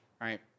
right